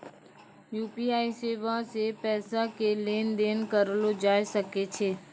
UPI सेबा से पैसा के लेन देन करलो जाय सकै छै